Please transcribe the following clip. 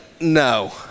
no